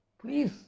Please